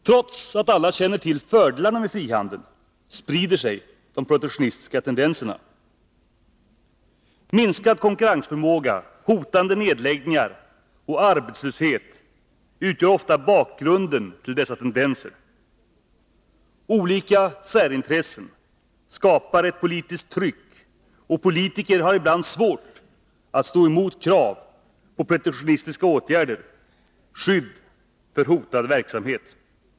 Trots att alla känner till fördelarna med frihandel sprider sig de protektionistiska tendenserna. Minskad konkurrensförmåga, hotande nedläggningar och arbetslöshet utgör ofta bakgrunden till dessa tendenser. Olika särintressen skapar ett politiskt tryck, och politiker har ibland svårt att stå emot krav på protektionistiska åtgärder, skydd för hotad verksamhet.